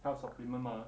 health supplement mah